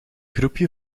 groepje